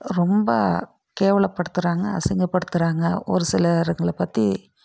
ரொம்ப கேவலப்படுத்துறாங்க அசிங்கப்படுத்துறாங்க ஒரு சிலர்ங்களை பற்றி